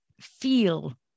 feel